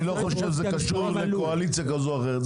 אני לא חושב שזה קשור לקואליציה כזאת או אחרת.